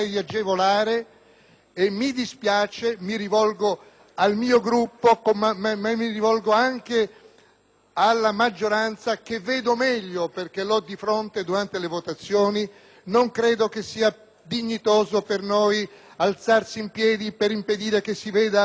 credo - mi rivolgo al mio Gruppo, ma anche alla maggioranza che vedo meglio perché l'ho di fronte durante le votazioni - che sia dignitoso per noi alzarsi in piedi per impedire che si veda la luce